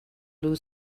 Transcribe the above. blue